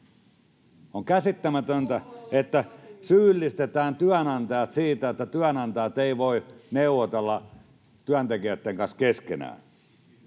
On käsittämätöntä, että syyllistetään työnantajat siitä, että työnantajat eivät voi neuvotella työntekijöitten kanssa keskenään.